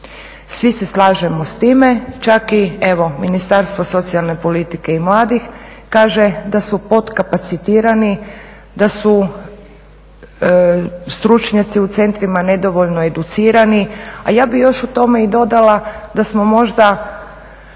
Svi se slažemo s time, čak i Ministarstvo socijalne politike i mladih kaže da su podkapacitirani, da su stručnjaci u centrima nedovoljno educirani, a ja bih još tome dodala da smo možda